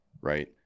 Right